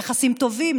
יחסים טובים,